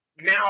now